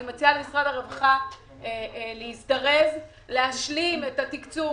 אני מציעה למשרד הרווחה להזדרז ולהשלים את התקציב.